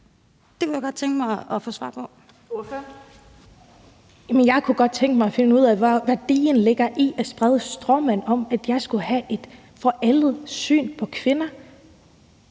Kl. 14:42 Sólbjørg Jakobsen (LA): Men jeg kunne godt tænke mig at finde ud af, hvor værdien ligger i at sprede en stråmand om, at jeg skulle have et forældet syn på kvinder.